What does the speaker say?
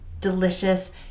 delicious